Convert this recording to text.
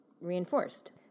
reinforced